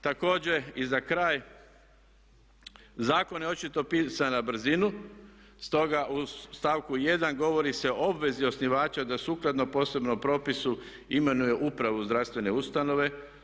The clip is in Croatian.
Također i za kraj, zakon je očito pisan na brzinu, stoga u stavku 1. govori se o obvezi osnivača da sukladno posebnom propisu imenuje upravu zdravstvene ustanove.